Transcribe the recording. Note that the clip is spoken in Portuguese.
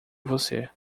você